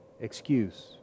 excuse